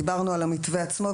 דיברנו על המתווה עצמו,